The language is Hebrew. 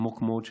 עמוק מאוד.